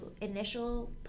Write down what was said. initial